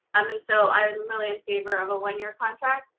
um and so i'm really in favor of a one year contract.